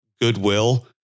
goodwill